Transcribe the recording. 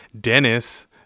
Dennis